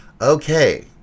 Okay